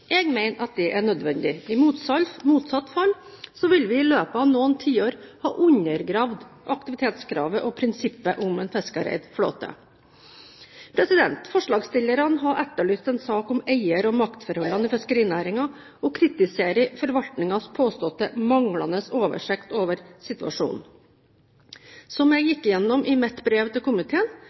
Jeg mener at det er nødvendig. I motsatt fall ville vi i løpet av noen tiår ha undergravd aktivitetskravet og prinsippet om en fiskereid flåte. Forslagsstillerne har etterlyst en sak om eier- og maktforhold i fiskerinæringen og kritiserer forvaltningens påståtte manglende oversikt over situasjonen. Som jeg gikk gjennom i mitt brev til komiteen: